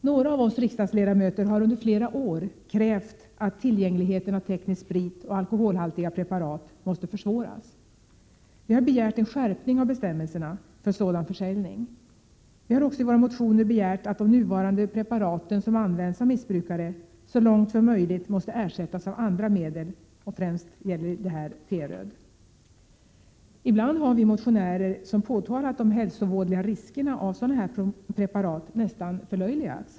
Några av oss riksdagsledamöter har under flera år krävt att det måste bli svårare att få tag i teknisk sprit och alkoholhaltiga preparat. Vi har begärt en skärpning av bestämmelserna för sådan försäljning. Vi har också i våra motioner begärt att de nuvarande preparat som används av missbrukare — främst gäller det T-röd — så långt möjligt måste ersättas av andra medel. Ibland har vi motionärer som påtalat de hälsovådliga effekterna av sådana här preparat nästan förlöjligats.